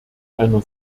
einer